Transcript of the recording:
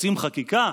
רוצים חקיקה?